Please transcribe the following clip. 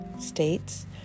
states